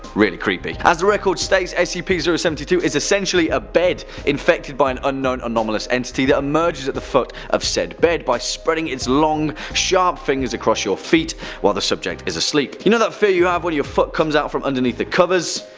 really creepy. as the record states, scp seventy two is essentially a bed infected by an unknown anomalous entity that emerges at the foot of said bed, by spreading it's long, sharp fingers across your feet while the subject is asleep. you know that fear you have when your foot comes out from underneath the covers?